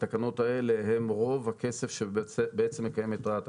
התקנות האלה הן רוב הכסף שבעצם מקיים את רת"א.